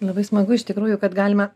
labai smagu iš tikrųjų kad galima